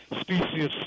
species